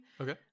Okay